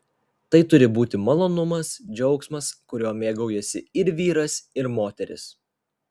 tai turi būti malonumas džiaugsmas kuriuo mėgaujasi ir vyras ir moteris